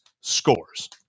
scores